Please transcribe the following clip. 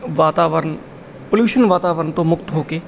ਵਾਤਾਵਰਣ ਪੋਲਿਊਸ਼ਨ ਵਾਤਾਵਰਣ ਤੋਂ ਮੁਕਤ ਹੋ ਕੇ